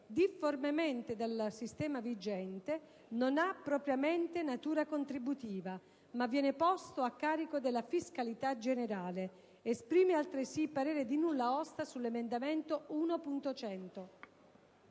difformemente dal sistema vigente, non ha propriamente natura contributiva, ma viene posto a carico della fiscalità generale. Esprime altresì parere di nulla osta sull'emendamento 1.100».